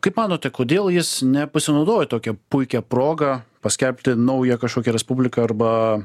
kaip manote kodėl jis nepasinaudojo tokia puikia proga paskelbti naują kažkokią respubliką arba